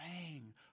praying